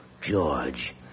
George